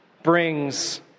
brings